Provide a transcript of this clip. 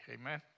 Amen